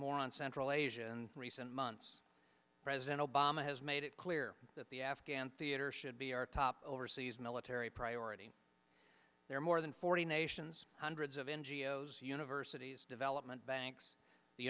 more on central asia in recent months president obama has made it clear that the afghan theater should be our top overseas military priority there are more than forty nations hundreds of n g o s universities development banks the